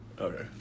Okay